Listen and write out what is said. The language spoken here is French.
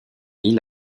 île